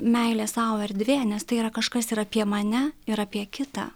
meilė sau erdvė nes tai yra kažkas ir apie mane ir apie kitą